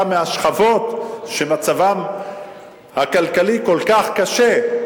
בא מהשכבות שמצבן הכלכלי כל כך קשה.